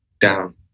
down